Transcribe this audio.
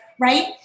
right